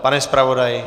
Pane zpravodaji?